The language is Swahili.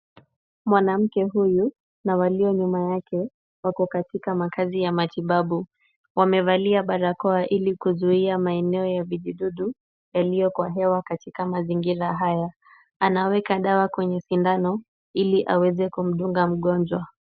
Mwanamke huyu na walio nyuma yake wako katika makazi ya matibabu. Wamevalia barakoa ili kuzuia maeneo ya vijidudu yaliyo kwa hewa katika mazingira haya . Anaweka dawa kwenye sindano ili aweze kumdunga mgonjwa.